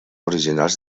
originals